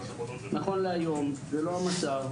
נכון להיום זה לא המצב,